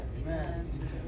Amen